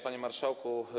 Panie Marszałku!